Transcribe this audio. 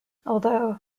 although